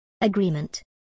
Agreement